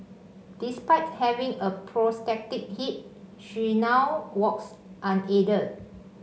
despite having a prosthetic hip she now walks unaided